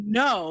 no